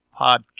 podcast